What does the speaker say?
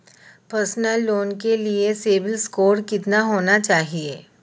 Personal loan लेने के लिए सिबिल स्कोर कितना होना चाहिए?